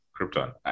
Krypton